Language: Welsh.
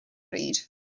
bryd